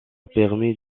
permis